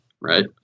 right